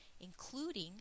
including